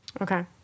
Okay